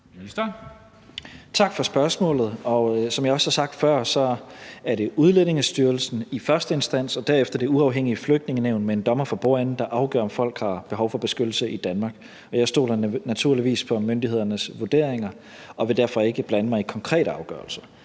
Tak for spørgsmålet. Som jeg også har sagt før, er det i første instans Udlændingestyrelsen og derefter det uafhængige Flygtningenævn med en dommer for bordenden, der afgør, om folk har behov for beskyttelse i Danmark. Jeg stoler naturligvis på myndighedernes vurderinger og vil derfor ikke blande mig i konkrete afgørelser.